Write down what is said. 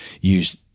use